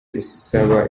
isaba